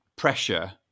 pressure